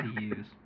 use